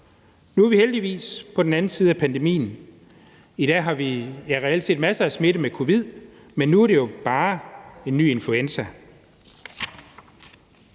Nu er vi heldigvis på den anden side af pandemien. I dag har vi reelt set masser af smitte med covid-19, men nu er det jo bare en ny influenza.